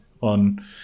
on